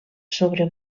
sobre